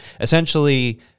essentially